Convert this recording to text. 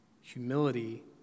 Humility